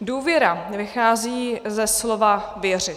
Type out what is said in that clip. Důvěra vychází ze slova věřit.